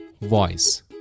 voice